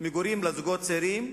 מגורים לזוגות צעירים,